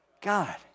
God